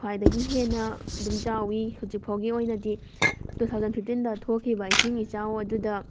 ꯈ꯭ꯋꯥꯏꯗꯒꯤ ꯍꯦꯟꯅ ꯑꯗꯨꯝ ꯆꯥꯎꯋꯤ ꯍꯧꯖꯤꯛꯐꯥꯎꯒꯤ ꯑꯣꯏꯅꯗꯤ ꯇꯨ ꯊꯥꯎꯖꯟ ꯐꯤꯐꯇꯤꯟꯗ ꯊꯣꯛꯈꯤꯕ ꯏꯁꯤꯡ ꯏꯆꯥꯎ ꯑꯗꯨꯗ